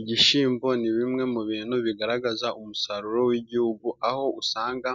Ibishyimbo ni bimwe mu bintu bigaragaza umusaruro w'igihugu，aho usanga